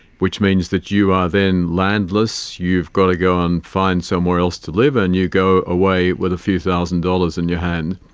which means that you are then landless, you've got to go and find somewhere else to live and you go away with a few thousand dollars in your hand.